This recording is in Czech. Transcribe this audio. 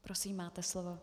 Prosím, máte slovo.